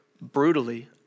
brutally